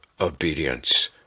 obedience